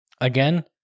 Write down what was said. again